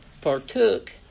partook